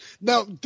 Now